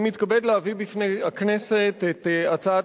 אני מתכבד להביא בפני הכנסת את הצעת